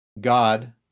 God